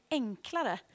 enklare